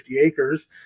acres